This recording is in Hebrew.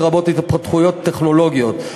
לרבות התפתחויות טכנולוגיות.